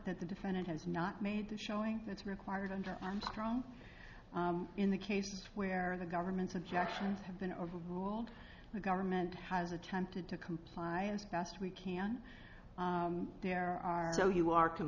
that the defendant has not made the showing that's required under armstrong in the case where the government's objections have been overruled the government has attempted to comply as best we can there are so you are